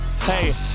Hey